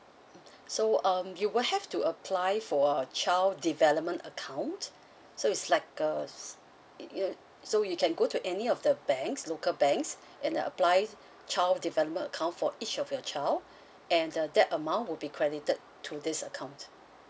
so um you will have to apply for a child development account so is like uh it it so you can go to any of the banks local banks and apply child development account for each of your child and uh that amount would be credited to these account